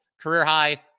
Career-high